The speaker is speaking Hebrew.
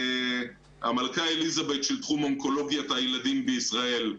המלכה אליזבת של תחום אונקולוגיית הילדים בישראל,